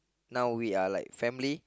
now we are like family